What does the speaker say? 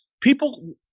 People